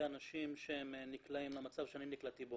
אנשים שנקלעים למצב שאני נקלעתי אליו